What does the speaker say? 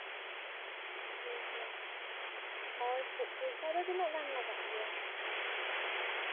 ᱴᱷᱤᱠ ᱜᱮᱭᱟ ᱟᱨ ᱯᱚᱭᱥᱟ ᱫᱚ ᱛᱤᱱᱟᱹᱜ ᱜᱟᱱ ᱞᱟᱜᱟᱜ ᱜᱮᱭᱟ